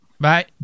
Bye